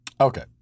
Okay